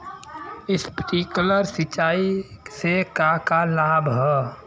Sprinkler सिंचाई से का का लाभ ह?